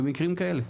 למקרים כאלה.